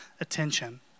attention